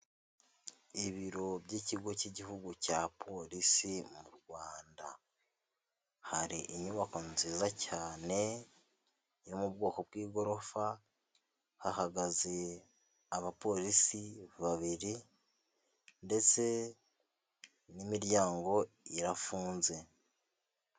Ibiro by'ikigo cy'igihugu cya polisi mu Rwanda hari inyubako nziza cyane yo mu bwoko bw'igorofa, hahagaze abapolisi babiri ndetse n'imiryango irafunze.